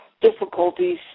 difficulties